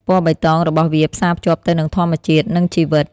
ពណ៌បៃតងរបស់វាផ្សារភ្ជាប់ទៅនឹងធម្មជាតិ និងជីវិត។